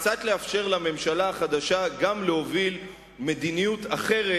קצת לאפשר לממשלה החדשה גם להוביל מדיניות אחרת,